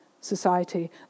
society